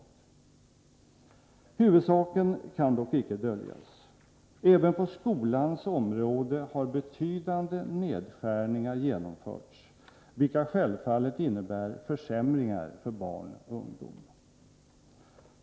Det huvudsakliga kan dock icke döljas: Även på skolans område har betydande nedskärningar genomförts, vilka självfallet innebär försämringar för barn och ungdom.